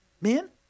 Men